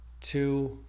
two